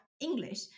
English